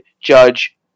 Judge